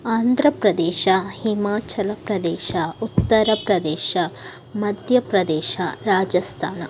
Andhra Pradesh Himachal Pradesh Uttar Pradesh Madhya Pradesh Rajasthan